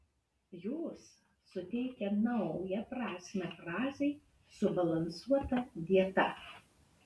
jos suteikia naują prasmę frazei subalansuota dieta